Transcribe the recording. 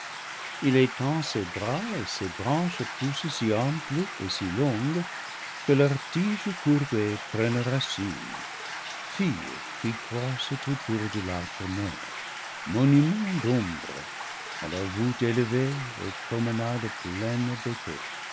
il étend ses bras et ses branches poussent si amples et si longues que leurs tiges courbées prennent racines filles qui croissent autour de l'arbre mère monument d'ombre à la voûte élevée aux promenades pleines